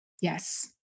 Yes